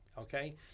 okay